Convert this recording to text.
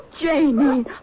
Janie